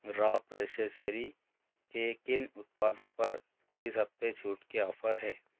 raw प्रेसेसरी के किन उत्पादों पर इस हफ़्ते छूट के ऑफ़र हैं